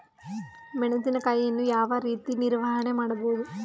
ಮೆಣಸಿನಕಾಯಿಯನ್ನು ಯಾವ ರೀತಿ ನಿರ್ವಹಣೆ ಮಾಡಬಹುದು?